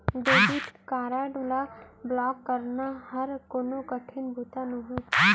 debit card ल block कराना हर कोनो कठिन बूता नोहे